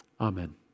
Amen